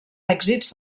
èxits